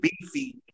beefy